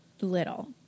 Little